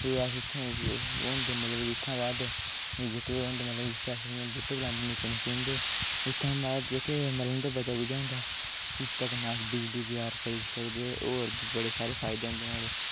एह् अस इत्थै होंदे मतलब इत्थूं दे बाद जेह्के ओह् मतलब बूह्टे निक्के निक्के उत्थै माराज जेह्के बी उं'दा बचा बुचा होंदा इस कन्नै अस बिजली त्यार करी सकने ओह्दे होर बड़े सारे फायदे होंदे न्हाड़े